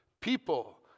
People